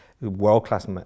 world-class